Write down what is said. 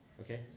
okay